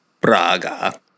Braga